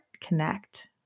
Connect